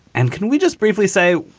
and can we just briefly say,